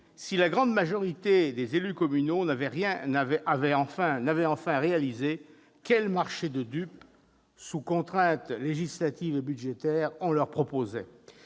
si la grande majorité des élus communaux n'avaient enfin réalisé quel marché de dupes, sous contraintes législatives et budgétaires, on leur proposait.